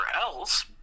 else